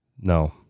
No